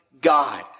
God